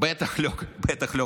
בטח לא כלכלית,